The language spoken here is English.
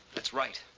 that's right.